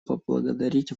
поблагодарить